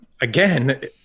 again